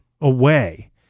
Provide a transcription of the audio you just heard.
away